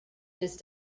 just